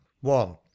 one